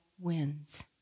wins